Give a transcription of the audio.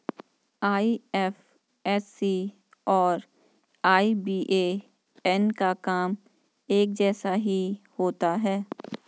IFSC और IBAN का काम एक जैसा ही होता है